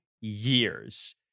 years